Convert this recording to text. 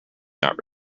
not